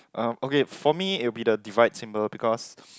oh okay for me it will be the divide symbol because